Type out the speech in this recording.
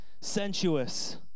sensuous